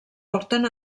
porten